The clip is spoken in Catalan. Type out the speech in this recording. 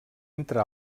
entre